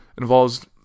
involves